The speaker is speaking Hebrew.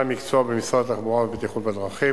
המקצוע במשרד התחבורה והבטיחות בדרכים.